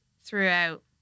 throughout